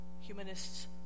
humanists